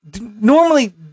normally